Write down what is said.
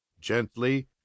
gently